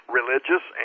religious